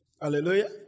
Hallelujah